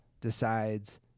decides